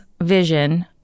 vision